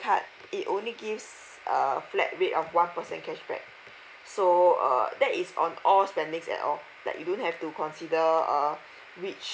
cards it only give uh flat rate of one percent cashback so uh that is on all spendings at all that you have to consider uh which